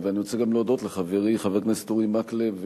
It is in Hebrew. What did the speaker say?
ואני רוצה גם להודות לחברי חבר הכנסת אורי מקלב,